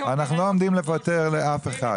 לא עומדים לפטר אף אחד,